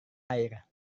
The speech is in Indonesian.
air